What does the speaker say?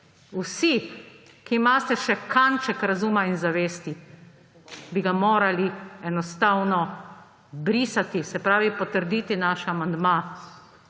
vsi, ki imate še kanček razuma in zavesti, enostavno brisati, se pravi potrditi naš amandma.